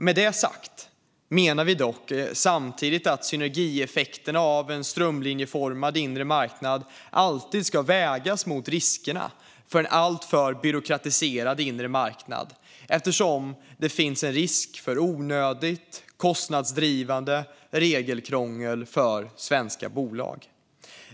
Med detta sagt menar vi dock samtidigt att synergieffekterna av en strömlinjeformad inre marknad alltid ska vägas mot riskerna med en alltför byråkratiserad inre marknad eftersom det finns en risk för onödigt, kostnadsdrivande regelkrångel för svenska bolag.